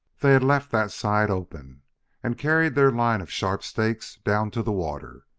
they had left that side open and carried their line of sharp stakes down to the water,